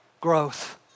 growth